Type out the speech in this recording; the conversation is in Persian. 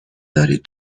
دارید